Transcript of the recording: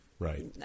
Right